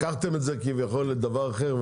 לקחתם את זה כביכול לדבר אחר,